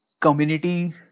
community